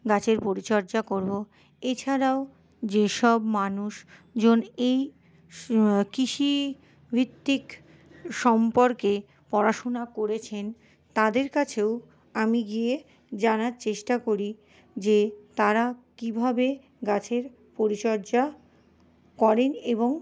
গাছের পরিচর্যা করবো এছাড়াও যেসব মানুষজন এই কৃষিভিত্তিক সম্পর্কে পড়াশোনা করেছেন তাদের কাছেও আমি গিয়ে জানার চেষ্টা করি যে তারা কীভাবে গাছের পরিচর্চা করেন এবং